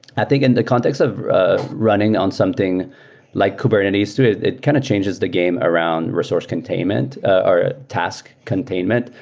i think in the context of running on something like kubernetes too, it it kind of changes the game around resource containment or task containment.